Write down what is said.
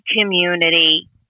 community